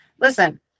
Listen